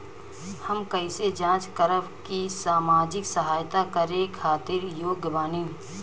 हम कइसे जांच करब की सामाजिक सहायता करे खातिर योग्य बानी?